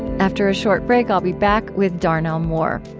after a short break, i'll be back with darnell moore.